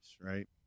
right